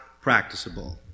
practicable